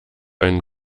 einen